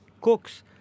cooks